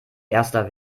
erster